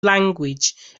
language